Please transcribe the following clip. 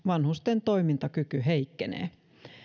vanhusten toimintakyky heikkenee